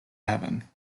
heaven